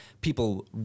people